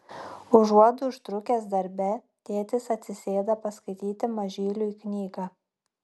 užuot užtrukęs darbe tėtis atsisėda paskaityti mažyliui knygą